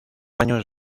años